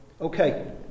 Okay